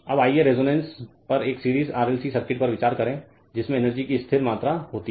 अब आइए रेजोनेंस पर एक सीरीज RLC सर्किट पर विचार करें जिसमें एनर्जी की स्थिर मात्रा होती है